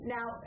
Now